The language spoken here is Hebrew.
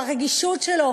הרגישות שלו,